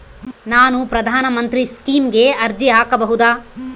ನಾನು ಪ್ರಧಾನ ಮಂತ್ರಿ ಸ್ಕೇಮಿಗೆ ಅರ್ಜಿ ಹಾಕಬಹುದಾ?